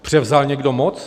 Převzal někdo moc?